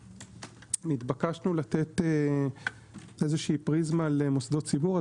נתבקשנו לתת פריזמה למוסדות ציבור.